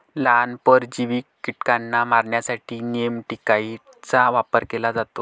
लहान, परजीवी कीटकांना मारण्यासाठी नेमॅटिकाइड्सचा वापर केला जातो